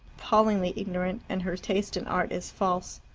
appallingly ignorant, and her taste in art is false.